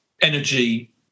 energy